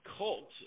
cult